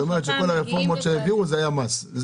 היא התכוונה להגיד שכל הרפורמות שהעבירו, היו מס.